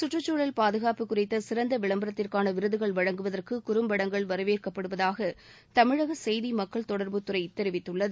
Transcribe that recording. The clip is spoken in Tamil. சுற்றுச்சூழல் பாதுகாப்பு குறித்த சிறந்த விளம்பரத்திற்கான விருதுகள் வழங்குவதற்கு குறும்படங்கள் வரவேற்கப்படுவதாக தமிழக செய்தி மக்கள் தொடர்புத்துறை தெரிவித்துள்ளது